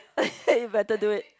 you better do it